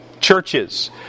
churches